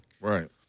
Right